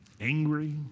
angry